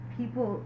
people